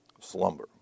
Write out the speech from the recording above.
slumber